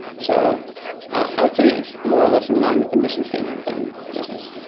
so i would say it's more or less in line with the mission statement than the business.